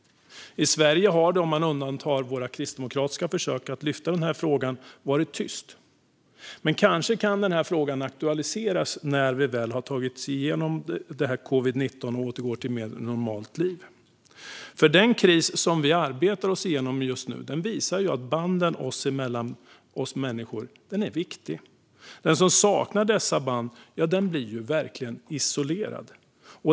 I Sverige har det, om man undantar våra kristdemokratiska försök att lyfta fram denna fråga, varit tyst. Men kanske kan frågan aktualiseras när vi väl har tagit oss igenom covid-19 och återgår till ett mer normalt liv. Den kris som vi just nu arbetar oss igenom visar att banden mellan oss människor är viktiga. Den som saknar dessa band blir verkligen isolerad.